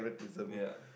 yeah